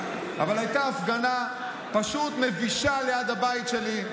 אבל הייתה הפגנה פשוט מבישה ליד הבית שלי,